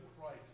Christ